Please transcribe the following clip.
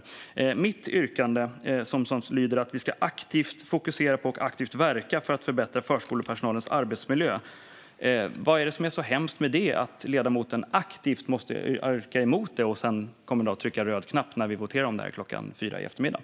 Vad är det som är så hemskt med mitt yrkande, som lyder att vi aktivt ska fokusera på och verka för att förbättra förskolepersonalens arbetsmiljö, att ledamoten aktivt måste yrka avslag på det och sedan kommer att trycka på den röda knappen när vi voterar om det i eftermiddag?